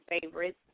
favorites